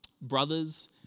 brothers